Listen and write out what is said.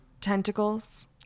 tentacles